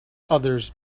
others